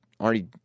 already